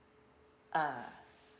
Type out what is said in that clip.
ah